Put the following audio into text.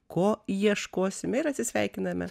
ko ieškosime ir atsisveikiname